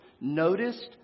noticed